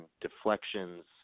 deflections